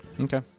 okay